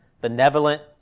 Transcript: Benevolent